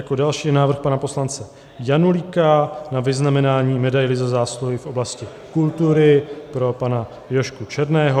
Jako další je návrh pana poslance Janulíka na vyznamenání medailí Za zásluhy v oblasti kultury pro pana Jožku Černého.